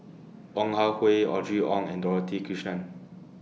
Ong Ah Hoi Audrey Wong and Dorothy Krishnan